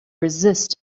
resist